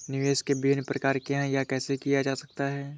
निवेश के विभिन्न प्रकार क्या हैं यह कैसे किया जा सकता है?